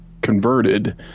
converted